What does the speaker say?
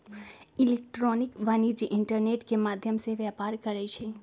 electronic वाणिज्य internet के माध्यम से व्यापार करइ छै